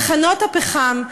תחנות הפחם,